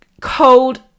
cold